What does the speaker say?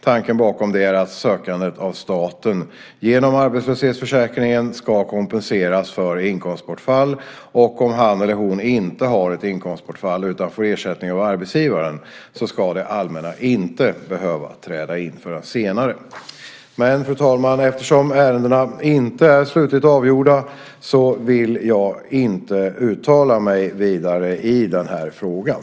Tanken bakom det är att sökanden av staten genom arbetslöshetsförsäkringen ska kompenseras för inkomstbortfall och om han eller hon inte har ett inkomstbortfall utan får ersättning av arbetsgivaren så ska det allmänna inte behöva träda in förrän senare. Eftersom ärendena inte är slutligt avgjorda vill jag inte uttala mig vidare i frågan.